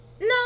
no